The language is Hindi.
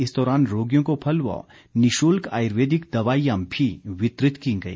इस दौरान रोगियों को फल व निशुल्क आयुर्वेदिक दवाईयां भी वितरित की गई